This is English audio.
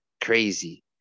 Crazy